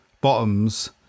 bottoms